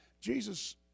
Jesus